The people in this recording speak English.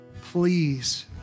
please